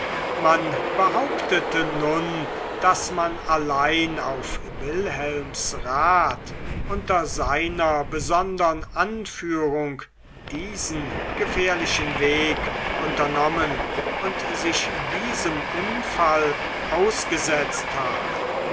man behauptete nun daß man allein auf wilhelms rat unter seiner besonderen anführung diesen gefährlichen weg unternommen und sich diesem unfall ausgesetzt habe